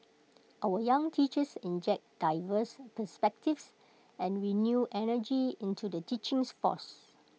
our young teachers inject diverse perspectives and renewed energy into the force